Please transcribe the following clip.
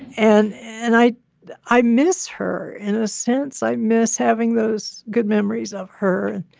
and and i i miss her in a sense. i miss having those good memories of her